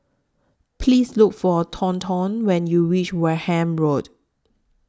Please Look For Thornton when YOU REACH Wareham Road